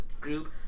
group